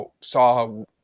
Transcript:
saw